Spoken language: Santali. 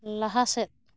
ᱞᱟᱦᱟ ᱥᱮᱫ